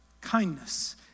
kindness